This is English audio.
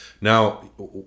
Now